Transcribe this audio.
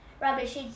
rubbish